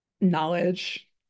knowledge